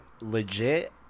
legit